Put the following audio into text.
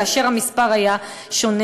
כאשר המספר היה שונה,